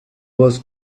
was